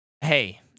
hey